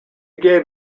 gave